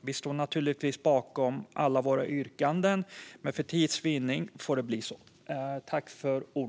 Vi står naturligtvis bakom alla våra yrkanden, men för tids vinnande får det bli så här.